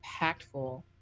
impactful